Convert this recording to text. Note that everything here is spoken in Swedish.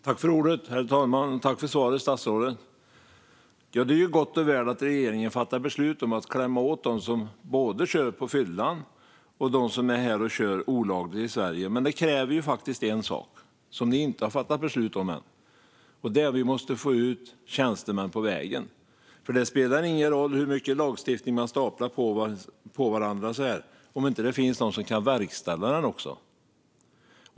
Herr talman! Jag tackar statsrådet för svaret. Det är gott och väl att regeringen fattar beslut om att klämma åt både dem som kör på fyllan och dem som kör olagligt i Sverige. Men det kräver en sak som ni inte har fattat beslut om än: Vi måste få ut tjänstemän på vägen. Det spelar ingen roll hur mycket lagstiftning man staplar på varandra om ingen kan verkställa den.